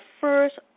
first